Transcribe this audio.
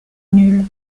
nulle